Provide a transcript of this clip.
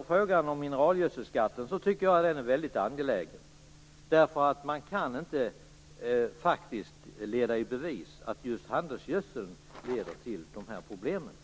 att frågan om mineralgödselskatten är mycket angelägen. Man kan nämligen inte leda i bevis att just handelsgödseln leder till de här problemen.